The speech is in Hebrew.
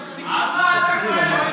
על מה אתה כועס,